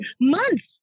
months